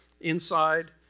Inside